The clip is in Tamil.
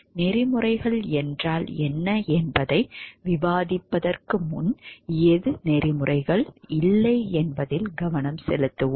நெறிமுறைகள் என்றால் என்ன என்பதை விவாதிப்பதற்கு முன் எது நெறிமுறைகள் இல்லை என்பதில் கவனம் செலுத்துவோம்